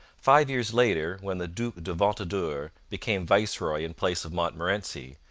five years later, when the duc de ventadour became viceroy in place of montmorency,